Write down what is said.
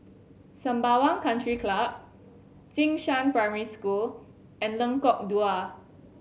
Sembawang Country Club Jing Shan Primary School and Lengkok Dua